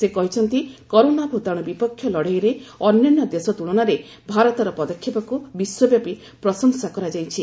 ସେ କହିଛନ୍ତି କରୋନା ଭତାଣୁ ବିପକ୍ଷ ଲଢ଼େଇରେ ଅନ୍ୟାନ୍ୟ ଦେଶ ତୁଳନାରେ ଭାରତର ପଦକ୍ଷେପକୁ ବିଶ୍ୱବ୍ୟାପି ପ୍ରଶଂସା କରାଯାଇଛି